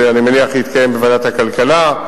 שאני מניח שיתקיים בוועדת הכלכלה,